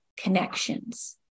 connections